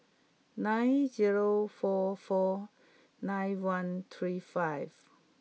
nine zero four four nine one three five